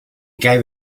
gave